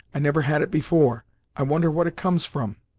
i never had it before i wonder what it comes from!